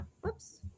whoops